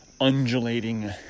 undulating